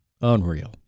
Unreal